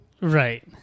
Right